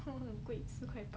不会很贵四块多